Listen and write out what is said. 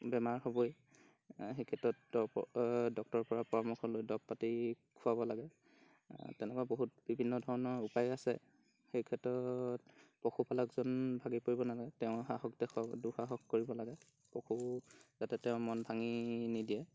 বেমাৰ হ'বই সেই ক্ষেত্ৰত ডক্টৰৰপৰা পৰামৰ্শ লৈ দৰৱ পাতি খুৱাব লাগে তেনেকুৱা বহুত বিভিন্নধৰণৰ উপায়ো আছে সেই ক্ষেত্ৰত পশুপালকজন ভাগি পৰিব নালাগে তেওঁ সাহস দেখুৱাব দুঃসাহস কৰিব লাগে পশু যাতে তেওঁ মন ভাঙি নিদিয়ে